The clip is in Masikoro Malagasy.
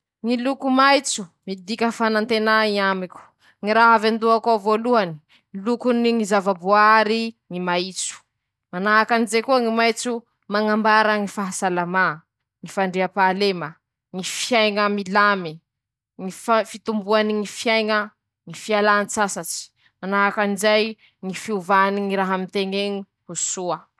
Aminy ñy filaisa noho ñy fandehana antomboky moa :- ñy mandeha antomboky ñahy ñy tiako ñatony tsy mamozaky anteña loatsy ñy mandeha antomboky ee ro mañampy anteña hañampatsy ñy taola teña, manahaky anizay koa ñy fañenjaña ñy vata teña aminy ñy fiaiña teña isanandro.